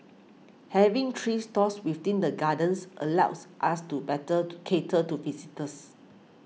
having three stores within the gardens allows us to better to cater to visitors